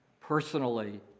personally